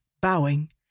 bowing